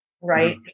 right